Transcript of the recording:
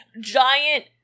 giant